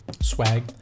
swag